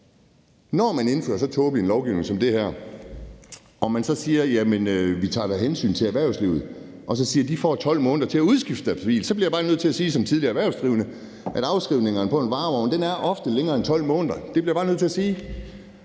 Når man indfører så tåbelig en lovgivning, som det her er, og man så siger, at man da tager hensyn til erhvervslivet, og siger, at de får 12 måneder til at udskifte deres biler, så bliver jeg som tidligere erhvervsdrivende bare nødt til at sige, at afskrivningerne på en varevogn ofte er længere end 12 måneder. Det bliver jeg bare nødt til at sige.